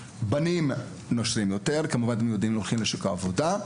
בנים נושרים יותר כי זה שלב בו הם יוצאים לשוק העבודה.